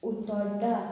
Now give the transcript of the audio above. उतोड्डा